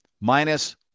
Minus